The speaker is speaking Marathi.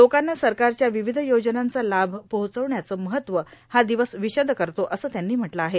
लोकांना सरकारच्या र्वावध योजनांचा लाभ पोहोचवण्याचं महत्व हा र्ददवस र्विषद करतो असं त्यांनी म्हटलं आहे